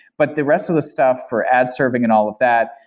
but the rest of the stuff for ad serving and all of that,